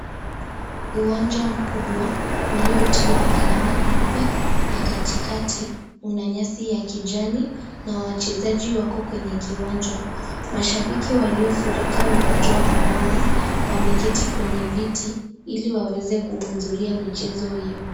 Uwanja mkubwa uliotiwa alama nyeupe na katikati una nyasi ya kijani na wachezaji wako kwenye kiwanja. Mashabiki waliofurika na kujaa pomoni wameketi kwenye viti, ili waweze kuhudhuria michezo hiyo.